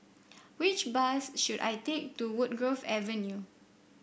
which bus should I take to Woodgrove Avenue